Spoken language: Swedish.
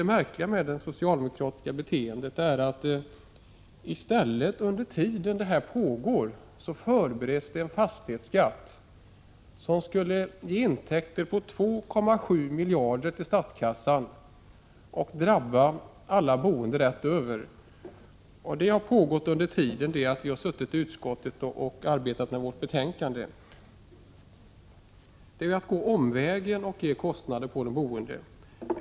Det märkliga med det socialdemokratiska beteendet är också att det i stället förbereds en fastighetsskatt som skulle ge intäkter på 2,7 miljarder kronor till statskassan och drabba alla boende rätt över; detta har pågått under tiden vi har suttit i utskottet och arbetat med vårt betänkande. Det är ju att gå omvägar och ge kostnader för de boende.